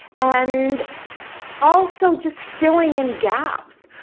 and also just filling in gaps.